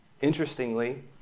Interestingly